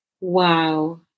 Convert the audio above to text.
wow